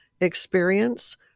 experience